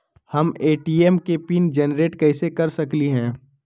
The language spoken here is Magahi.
हम ए.टी.एम के पिन जेनेरेट कईसे कर सकली ह?